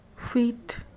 feet